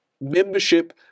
membership